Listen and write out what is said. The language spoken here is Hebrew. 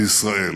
בישראל,